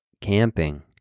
camping